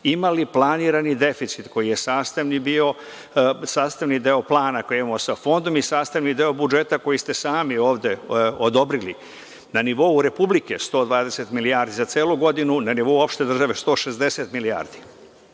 imali planirani deficit koji je bio sastavni deo plana, koji imamo sa fondom i sastavni deo budžeta koji ste sami ovde odobrili. Na nivou Republike 120 milijardi za celu godinu, na nivo opšte države 160 milijardi. Mi